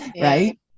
right